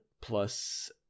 plus